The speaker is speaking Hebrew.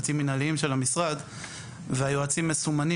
קבצים מנהליים של המשרד והיועצים מסומנים